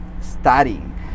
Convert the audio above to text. studying